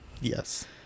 Yes